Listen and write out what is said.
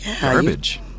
garbage